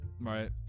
Right